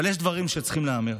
אבל יש דברים שצריכים להיאמר,